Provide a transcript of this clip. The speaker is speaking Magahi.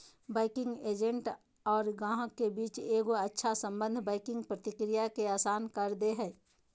बैंकिंग एजेंट और गाहक के बीच एगो अच्छा सम्बन्ध बैंकिंग प्रक्रिया के आसान कर दे हय